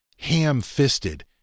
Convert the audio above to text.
ham-fisted